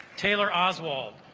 taylor oswald